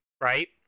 right